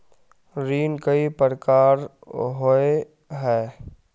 ऋण कई प्रकार होए है?